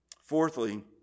Fourthly